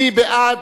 מי בעד?